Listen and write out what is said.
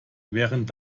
während